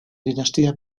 dinastía